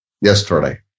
yesterday